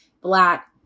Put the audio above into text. Black